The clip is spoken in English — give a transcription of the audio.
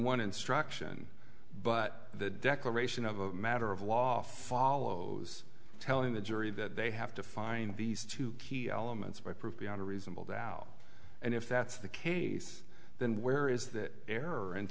one instruction but the declaration of a matter of law follows telling the jury that they have to find these two key elements of my proof beyond a reasonable doubt and if that's the case then where is that error